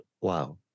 wow